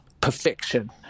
perfection